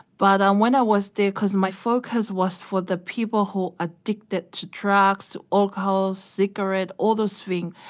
but um when i was there, cause my focus was for the people who addicted to drugs or alcohol, cigarettes, all those things.